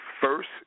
first